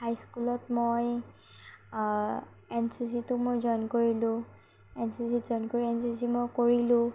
হাই স্কুলত মই N C C টো মই জইন কৰিলো এন চি চি ত জইন কৰি এন চি চি মই কৰিলো